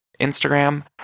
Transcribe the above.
Instagram